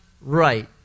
right